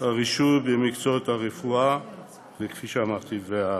רישוי במקצועות הרפואה והבריאות,